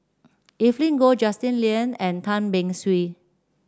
Evelyn Goh Justin Lean and Tan Beng Swee